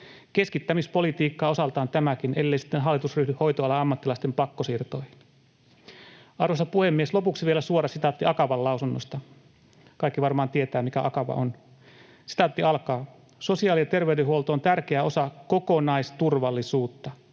keskittämispolitiikkaa osaltaan tämäkin, ellei sitten hallitus ryhdy hoitoalan ammattilaisten pakkosiirtoihin. Arvoisa puhemies! Lopuksi vielä suora sitaatti Akavan lausunnosta — kaikki varmaan tietävät, mikä Akava on: ”Sosiaali- ja terveydenhuolto on tärkeä osa kokonaisturvallisuutta.